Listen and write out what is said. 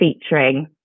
featuring